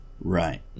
right